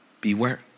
Beware